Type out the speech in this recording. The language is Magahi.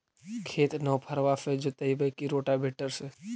खेत नौफरबा से जोतइबै की रोटावेटर से?